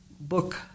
book